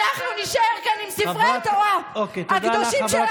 אנחנו נישאר כאן עם ספרי התורה הקדושים שלנו,